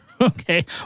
Okay